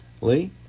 Lee